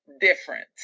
different